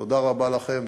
תודה רבה לכם.